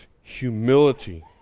humility